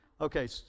Okay